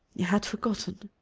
he had forgotten.